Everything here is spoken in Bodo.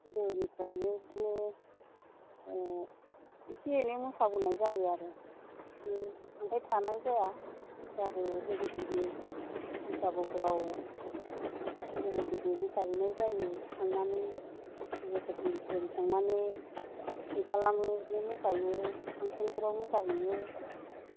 गोदोनिफ्रायनो बिदिनो एसे एनै मोसाबोनाय जायो आरो बिदिनो थांबाय थानाय जाया होमबाबो लोगो दिगि बैसागुफ्राव लोगो दिगि मोसाहैनाय जायो थांनानै लोगोफोरजों थांनानै फुरथि खालामो बिदिनो मोसाहैयो फांसनफ्राव मोसाहैयो